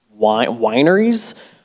wineries